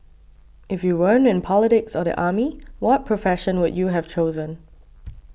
if you weren't in politics or the army what profession would you have chosen